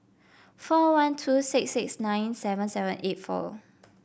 four one two six six nine seven seven eight four